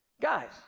Guys